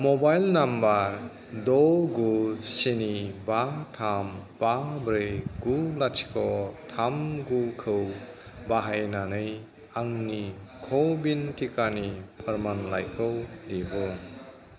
mobile number द' गु स्नि बा थाम बा ब्रै गु लाथिख' थाम गु खौ बाहायनानै आंनि क' विन टिकानि फोरमानलाइखौ दिहुन